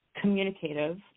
communicative